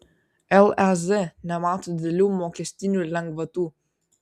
lez nemato didelių mokestinių lengvatų